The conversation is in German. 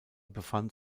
befand